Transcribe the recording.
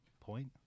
point